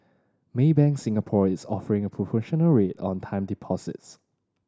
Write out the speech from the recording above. Maybank Singapore is offering a promotional rate on time deposits